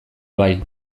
bai